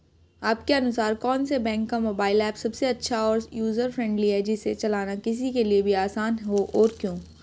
आपके अनुसार कौन से बैंक का मोबाइल ऐप सबसे अच्छा और यूजर फ्रेंडली है जिसे चलाना किसी के लिए भी आसान हो और क्यों?